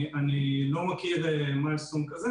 אני לא מכיר אבן דרך כזו,